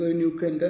nuclear